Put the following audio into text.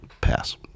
Pass